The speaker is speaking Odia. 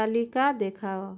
ତାଲିକା ଦେଖାଅ